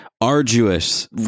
arduous